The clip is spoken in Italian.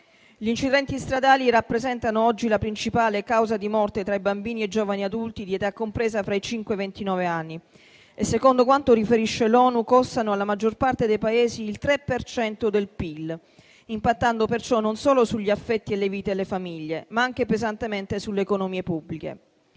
Gli incidenti stradali rappresentano oggi la principale causa di morte tra i bambini e giovani adulti di età compresa fra i cinque e i ventinove anni e secondo quanto riferisce l'ONU costano alla maggior parte dei Paesi il 3 per cento del PIL, impattando perciò non solo sugli affetti, le vite e le famiglie, ma anche pesantemente sulle economie pubbliche.